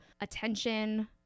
attention